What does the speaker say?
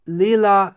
lila